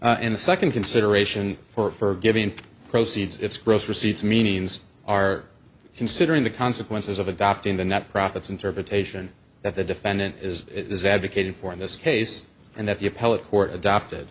receipts in the second consideration for given proceeds its gross receipts meanings are considering the consequences of adopting the net profits interpretation that the defendant is is advocating for in this case and that